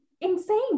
insane